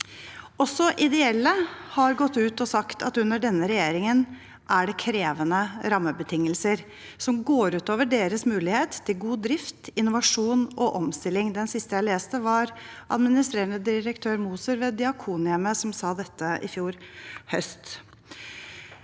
Også ideelle aktører har gått ut og sagt at det under denne regjeringen er krevende rammebetingelser som går ut over deres mulighet til god drift, innovasjon og omstilling. Den siste jeg leste, var administrerende direktør Moser ved Diakonhjemmet, som sa dette i fjor høst.